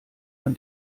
man